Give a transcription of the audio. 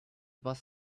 boss